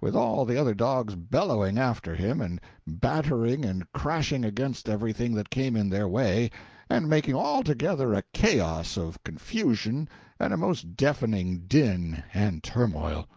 with all the other dogs bellowing after him and battering and crashing against everything that came in their way and making altogether a chaos of confusion and a most deafening din and turmoil